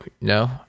no